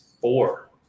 four